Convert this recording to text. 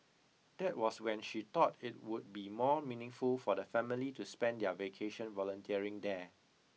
that was when she thought it would be more meaningful for the family to spend their vacation volunteering there